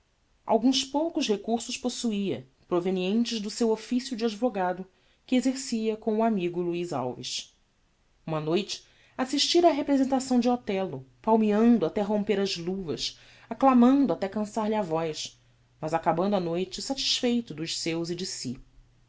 alguns poucos recursos possuia provenientes do seu officio de advogado que exercia com o amigo luiz alves uma noite assistira á representação de othello palmeando até romper as luvas acclamando até cansar lhe a voz mas acabando a noite satisfeito dos seus e de si